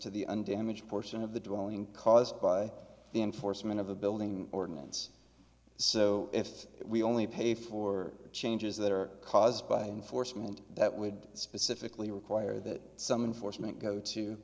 to the undamaged portion of the dwelling caused by the enforcement of a building ordinance so if we only pay for changes that are caused by enforcement that would specifically require that some unfortunate go to